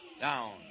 Down